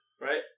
right